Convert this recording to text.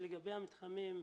לגבי המתחמים,